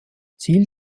ziel